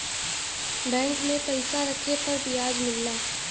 bank में पइसा रखे पर बियाज मिलला